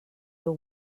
veu